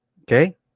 Okay